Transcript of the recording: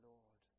Lord